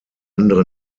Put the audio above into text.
andere